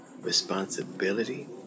Responsibility